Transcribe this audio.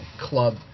club